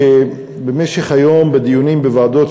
שבמשך היום בדיונים בוועדות,